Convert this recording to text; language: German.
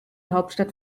hauptstadt